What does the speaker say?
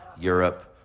europe.